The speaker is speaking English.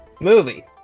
movie